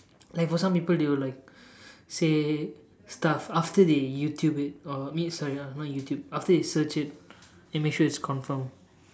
like for some people they will like say stuff after they YouTube it or mean sorry ah not YouTube after they search it they make sure it's confirmed